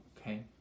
Okay